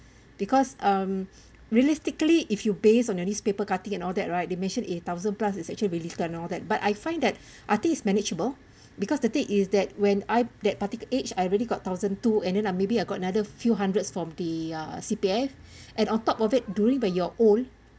because um realistically if you based on your newspaper cutting and all that right it mention eight thousand plus is actually really turn all that but I find that I think is manageable because the thing is that when I that particular age I really got thousand two and then I maybe got another few hundreds from the uh C_P_F and on top of it during when you're old